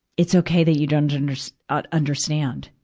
it's okay that you don't unders, ah understand.